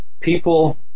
people